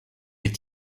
les